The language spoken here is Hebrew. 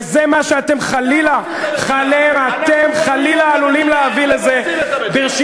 וזה מה שאתם חלילה, חלילה, אתם הורסים את המדינה.